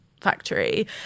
factory